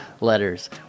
letters